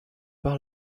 par